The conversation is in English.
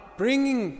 bringing